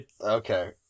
Okay